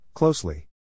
Closely